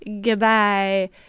goodbye